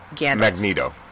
Magneto